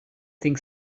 think